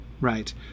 right